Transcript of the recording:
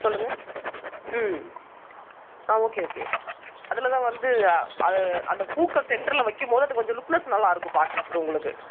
சொல்லுங்கள் ம் ஆ ஓகே ஓகே அதில் தான் வந்து அது அந்த பூக்கள் சென்ட்ரில் வைக்கும்மோது அது கொஞ்சம் லுக்னஸ் நல்லாருக்கும் பார்க்கறதுக்கு உங்களுக்கு